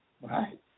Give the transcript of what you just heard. Right